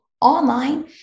online